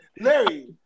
Larry